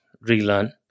relearn